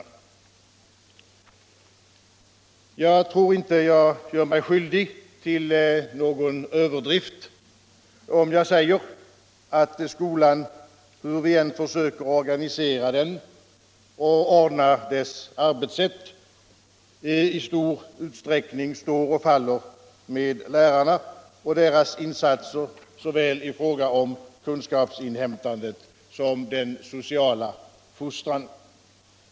Jag tror inte att jag gör mig skyldig till någon överdrift om jag säger att skolan, hur vi än försöker organisera den och ordnar dess arbetssätt, i stor utsträckning står och faller med lärarna och deras insatser, i fråga om såväl kunskapsinhämtandet som den sociala fostran.